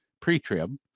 pre-trib